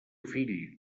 fill